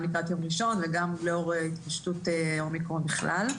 גם לקראת יום ראשון וגם לאור ההתפשטות של האומיקרון בכלל,